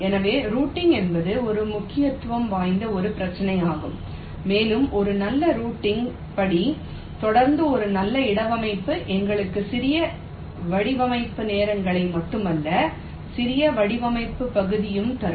எனவே ரூட்டிங் என்பது ஒரு முக்கியத்துவம் வாய்ந்த ஒரு பிரச்சினையாகும் மேலும் ஒரு நல்ல ரூட்டிங் படி தொடர்ந்து ஒரு நல்ல இடவமைவுப்பு எங்களுக்கு சிறிய வடிவமைப்பு நேரங்களை மட்டுமல்ல சிறிய தளவமைப்பு பகுதியையும் தரும்